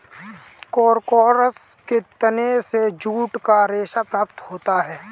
Corchorus के तने से जूट का रेशा प्राप्त होता है